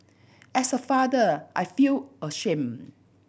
as a father I feel ashamed